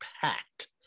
packed